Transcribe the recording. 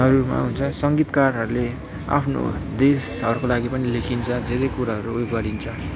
हरूमा आउँछ सङ्गीतकारहरले आफ्नो देशहरूको लागि पनि लेखिन्छ धेरै कुराहरू गरिन्छ